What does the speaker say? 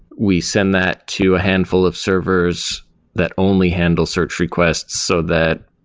we send that to a handful of servers that only handle search requests so that,